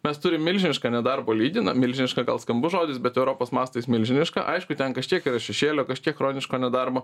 mes turim milžinišką nedarbo lygį na milžinišką gal skambus žodis bet europos mastais milžinišką aišku ten kažkiek yra šešėlio kažkiek chroniško nedarbo